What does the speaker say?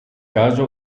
caso